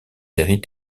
séries